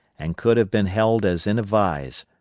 and could have been held as in a vise,